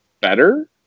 better